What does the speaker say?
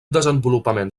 desenvolupament